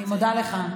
אני מודה לך.